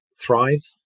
thrive